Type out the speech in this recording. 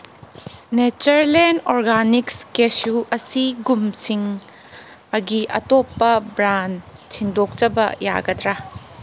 ꯅꯦꯆꯔꯂꯦꯟ organics cashew ꯑꯁꯤ ꯒꯨꯝꯁꯤꯡꯒꯤ ꯑꯇꯣꯞꯄ ꯕ꯭ꯔꯥꯟ ꯁꯤꯟꯗꯣꯛꯆꯕ ꯌꯥꯒꯗ꯭ꯔꯥ